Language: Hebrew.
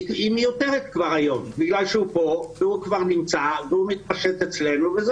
היום היא מיותרת כי הוא כאן והוא כבר מתפשט אצלנו וזה